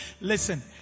listen